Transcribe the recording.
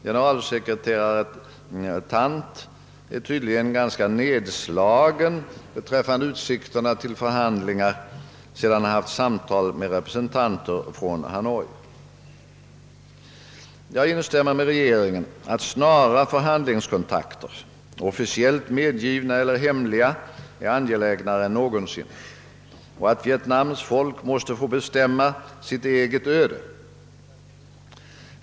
Generalsekreterare Thant är tydligen ganska pessimistisk beträffande utsikterna till förhandlingar sedan han haft samtal med representanter från Hanoi. Jag instämmer med regeringen i att snara förhandlingskontakter — officiellt medgivna eller hemliga — är angelägnare än någonsin och att Vietnams folk mås te få bestämma sitt eget öde.